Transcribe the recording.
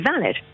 valid